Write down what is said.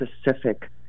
specific